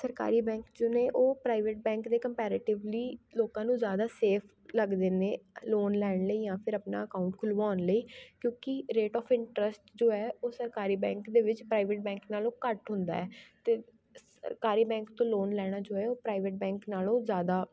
ਸਰਕਾਰੀ ਬੈਂਕ ਜੋ ਨੇ ਉਹ ਪ੍ਰਾਈਵੇਟ ਬੈਂਕ ਦੇ ਕੰਪੈਰੇਟਿਵਲੀ ਲੋਕਾਂ ਨੂੰ ਜ਼ਿਆਦਾ ਸੇਫ਼ ਲੱਗਦੇ ਨੇ ਲੋਨ ਲੈਣ ਲਈ ਜਾਂ ਫਿਰ ਆਪਣਾ ਅਕਾਊਂਟ ਖੁਲਵਾਉਣ ਲਈ ਕਿਉਂਕਿ ਰੇਟ ਔਫ਼ ਇੰਟਰਸਟ ਜੋ ਹੈ ਉਹ ਸਰਕਾਰੀ ਬੈਂਕ ਦੇ ਵਿੱਚ ਪ੍ਰਾਈਵੇਟ ਬੈਂਕ ਨਾਲੋਂ ਘੱਟ ਹੁੰਦਾ ਹੈ ਅਤੇ ਸ ਸਰਕਾਰੀ ਬੈਂਕ ਤੋਂ ਲੋਨ ਲੈਣਾ ਜੋ ਹੈ ਉਹ ਪ੍ਰਾਈਵੇਟ ਬੈਂਕ ਨਾਲੋਂ ਜ਼ਿਆਦਾ